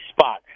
spot